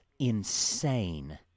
insane